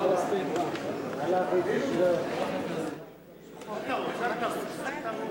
ההצעה להסיר מסדר-היום את הצעת חוק חסינות רבנים,